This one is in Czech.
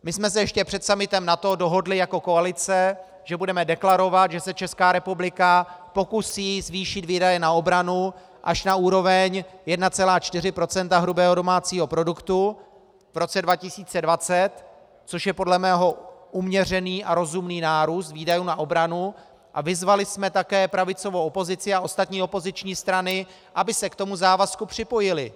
My jsme se ještě před summitem NATO dohodli jako koalice, že budeme deklarovat, že se Česká republika pokusí zvýšit výdaje na obranu až na úroveň 1,4 % hrubého domácího produktu v roce 2020, což je podle mého uměřený a rozumný nárůst výdajů na obranu, a vyzvali jsme také pravicovou opozici a ostatní opoziční strany, aby se k tomu závazku připojily.